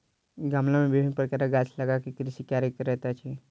गमला मे विभिन्न प्रकारक गाछ लगा क कृषि करैत अछि